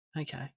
Okay